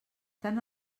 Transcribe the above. tant